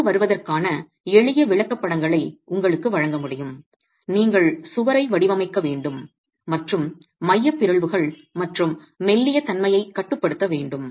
சுமைக்கு வருவதற்கான எளிய விளக்கப்படங்களை உங்களுக்கு வழங்க முடியும் நீங்கள் சுவரை வடிவமைக்க வேண்டும் மற்றும் மைய பிறழ்வுகள் மற்றும் மெல்லிய தன்மையைக் கட்டுப்படுத்த வேண்டும்